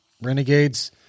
renegades